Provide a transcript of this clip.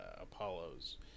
apollo's